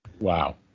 Wow